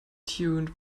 tuned